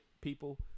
people